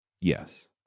Yes